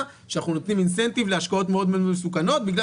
שאנחנו נותנים אינסנטיב להשקעות מאוד מאוד מסוכנות בגלל